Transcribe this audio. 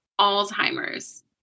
Alzheimer's